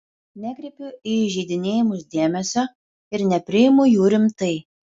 nekreipiu į įžeidinėjimus dėmesio ir nepriimu jų rimtai